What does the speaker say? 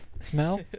smell